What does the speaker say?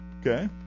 okay